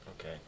Okay